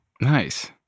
nice